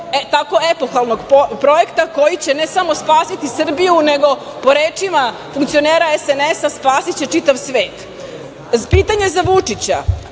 tako epohalnog projekta koji će ne samo spasiti Srbiju, nego po rečima funkcionera SNS spasiće čitav svet? Pitanje za Vučića,